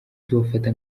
tubafata